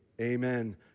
Amen